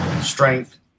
strength